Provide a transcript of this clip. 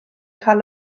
cael